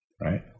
Right